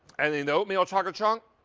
and in the oatmeal chocolate chunk,